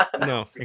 no